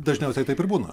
dažniausiai taip ir būna